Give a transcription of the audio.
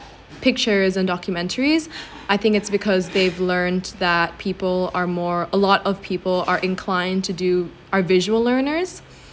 pictures and documentaries I think it's because they've learnt that people are more a lot of people are inclined to do are visual learners